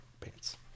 pants